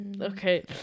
Okay